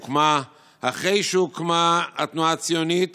הוקמה אחרי שהוקמה התנועה הציונית